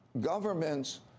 Governments